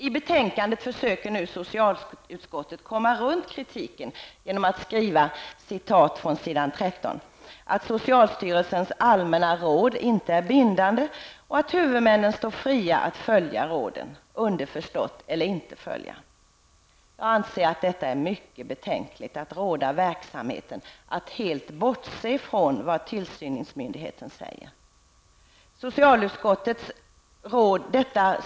I betänkandet försöker socialutskottet komma runt kritiken genom att skriva -- jag läser på s. 13 -- att socialstyrelsens allmänna råd inte är bindande och att huvudmännen står fria att följa råden; underförstått: eller inte följa. Jag anser att det är mycket betänkligt att råda verksamheten att helt bortse från vad tillsyningsmyndigheten säger.